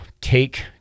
take